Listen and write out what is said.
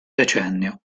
decennio